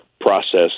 process